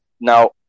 Now